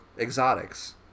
exotics